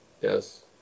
Yes